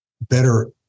better